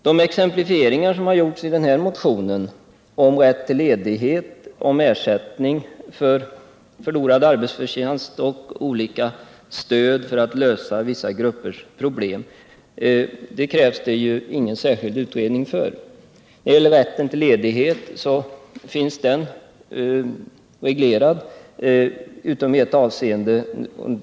De frågor som tas upp i den här motionen — om rätt till ledighet, om ersättning för förlorad arbetsförtjänst och om olika sätt att lösa vissa gruppers problem — kräver ju ingen särskild utredning. Rätten till ledighet är reglerad utom i ett avseende.